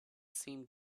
seemed